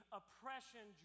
oppression